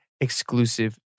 exclusive